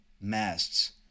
masts